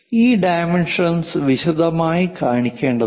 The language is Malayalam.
ഈ ഡൈമെൻഷൻസ് വിശദമായി കാണിക്കേണ്ടതുണ്ട്